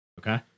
Okay